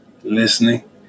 listening